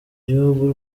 gihugu